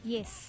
Yes